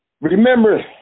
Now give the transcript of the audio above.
Remember